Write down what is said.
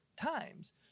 times